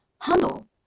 handle